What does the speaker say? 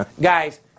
Guys